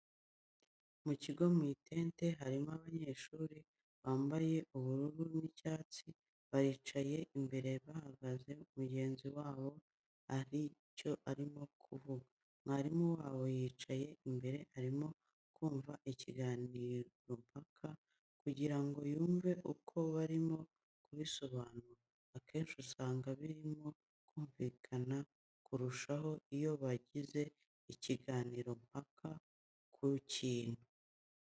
Mu kigo mu itente, harimo abanyeshuri bambaye ubururu n'icyatsi, baricaye imbere hahagaze mugenzi wabo, hari icyo arimo kuvuga, mwarimu wabo yicaye imbere arimo kumva ikiganirompaka kugira ngo yumve uko barimo kubisobanura, akenshi usanga birimo kumvikana kurushaho iyo bagize ikiganirompaka ku kintu.